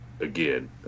Again